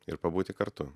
ir pabūti kartu